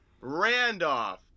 Randolph